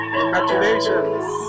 Congratulations